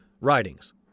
writings